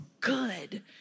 good